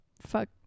Fuck